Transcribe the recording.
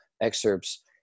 excerpts